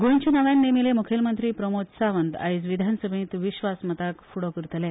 गोंयचे नव्यान नेमिल्ले मुखेलमंत्री प्रमोद सावंत आयज विधानसभेत विस्वासमताक फुडो करतले